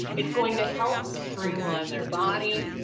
it's going to help streamline their body,